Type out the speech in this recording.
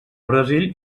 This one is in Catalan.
brasil